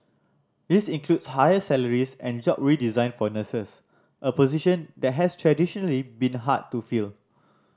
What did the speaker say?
this includes higher salaries and job redesign for nurses a position that has traditionally been hard to fill